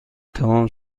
تمام